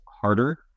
harder